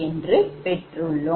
என்று பெற்றுள்ளேன்